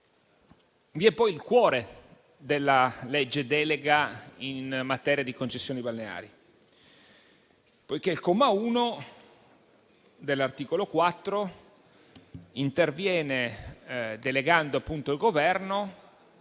vi è poi il cuore della legge delega in materia di concessioni balneari, poiché il comma 1 di quell'articolo interviene delegando il Governo,